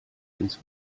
ins